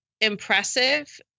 impressive